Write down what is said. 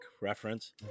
reference